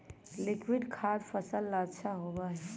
liquid खाद फसल ला अच्छा होबा हई